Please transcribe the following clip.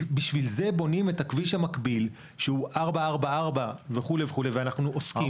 לכן בונים את הכביש המקביל שהוא 444 וכולי ואנחנו עוסקים בו.